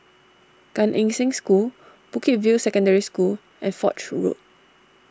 Gan Eng Seng School Bukit View Secondary School and Foch Road